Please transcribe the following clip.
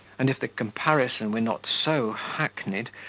and if the comparison were not so hackneyed,